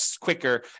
quicker